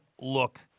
look